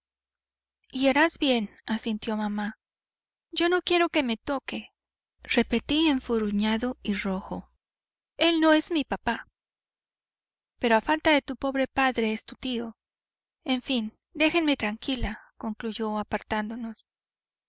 y harás bien asintió mamá yo no quiero que me toque repetí enfurruñado y rojo el no es papá pero a falta de tu pobre padre es tu tío en fin déjenme tranquila concluyó apartándonos